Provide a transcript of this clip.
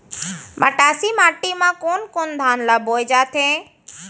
मटासी माटी मा कोन कोन धान ला बोये जाथे?